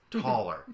taller